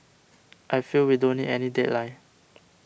I feel we don't need any deadline